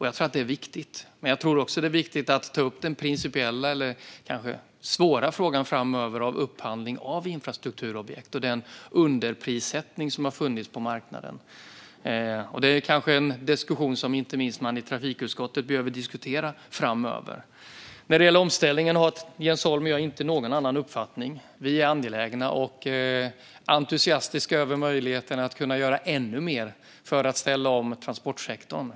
Jag tror att det är viktigt. Men jag tror också att det är viktigt att ta upp den principiella eller kanske svåra frågan framöver om upphandling av infrastrukturobjekt och den underprissättning som har funnits på marknaden. Det är kanske en diskussion som man behöver ha inte minst i trafikutskottet framöver. När det gäller omställningen har jag ingen annan uppfattning än Jens Holm. Vi är angelägna och entusiastiska över möjligheten att göra ännu mer för att ställa om transportsektorn.